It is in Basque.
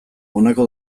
honako